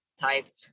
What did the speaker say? type